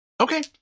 Okay